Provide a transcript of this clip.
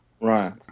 Right